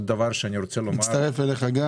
מצטרף אליך.